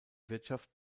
wirtschaft